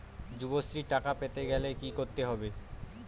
যুবশ্রীর টাকা পেতে গেলে কি করতে হবে?